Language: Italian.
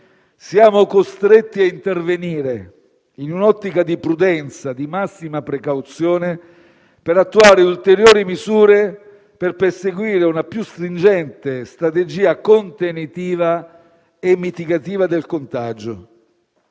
siamo costretti ad intervenire in un'ottica di prudenza e massima precauzione per attuare ulteriori misure per perseguire una più stringente strategia contenitiva e mitigativa del contagio.